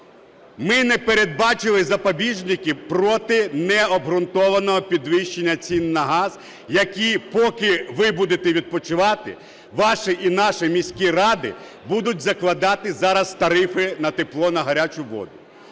Ми не передбачили запобіжники проти необґрунтованого підвищення цін на газ, які, поки ви будете відпочивати, ваші і наші міські ради будуть закладати зараз тарифи на тепло, на гарячу воду.